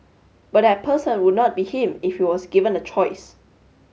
but that person would not be him if he was given a choice